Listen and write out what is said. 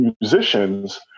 musicians